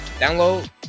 download